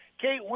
Kate